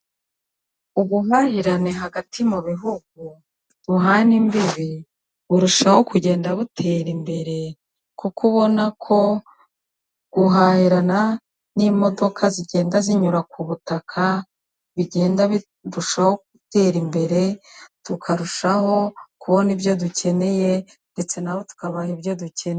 Ubuhahirane hagati mu bihugu buhana imbibi burushaho kugenda butera imbere kuko ubona ko guhahirana n'imodoka zigenda zinyura ku butaka bigenda birushaho gutera imbere tukarushaho kubona ibyo dukeneye ndetse nabo tukabaha ibyo dukeneye.